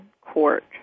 court